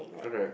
correct